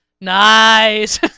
Nice